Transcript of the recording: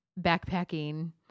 backpacking